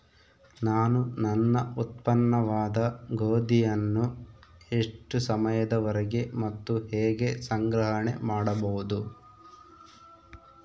ನಾನು ನನ್ನ ಉತ್ಪನ್ನವಾದ ಗೋಧಿಯನ್ನು ಎಷ್ಟು ಸಮಯದವರೆಗೆ ಮತ್ತು ಹೇಗೆ ಸಂಗ್ರಹಣೆ ಮಾಡಬಹುದು?